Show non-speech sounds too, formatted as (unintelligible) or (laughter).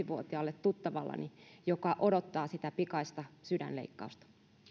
(unintelligible) vuotiaalle tuttavalleni joka odottaa sitä pikaista sydänleikkausta